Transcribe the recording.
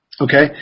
Okay